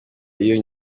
iyi